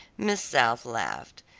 miss south laughed.